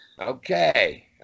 Okay